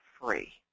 free